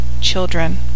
Children